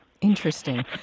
Interesting